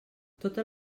totes